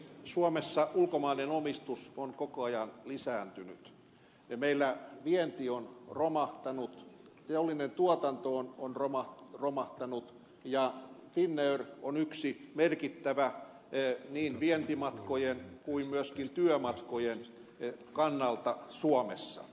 suomessa ulkomainen omistus on koko ajan lisääntynyt ja meillä vienti on romahtanut teollinen tuotanto on romahtanut ja finnair on yksi merkittävä niin vientimatkojen kuin myöskin työmatkojen kannalta suomessa